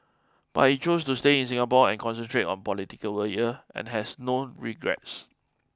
but he chose to stay in Singapore and concentrate on political work here and has no regrets